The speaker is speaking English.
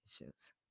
issues